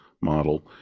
model